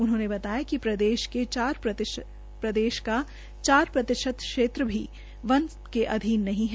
उन्होंने बताया कि प्रदेश में चार प्रतिशत क्षेत्र भी वन के अधीन नहीं है